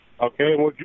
Okay